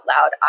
loud